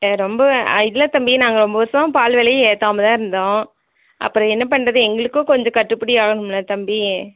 ரொம்ப இல்லை தம்பி நாங்கள் ரொம்ப வர்ஷமாக பால் விலைய ஏத்தாமல் தான் இருந்தோம் அப்புறம் என்ன பண்ணுறது எங்களுக்கும் கொஞ்சம் கட்டுபடி ஆகணும்ல தம்பி